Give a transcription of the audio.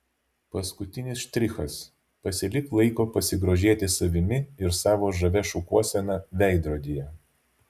paskutinis štrichas pasilik laiko pasigrožėti savimi ir savo žavia šukuosena veidrodyje